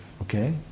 okay